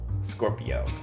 Scorpio